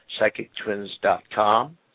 psychictwins.com